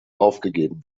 aufgegeben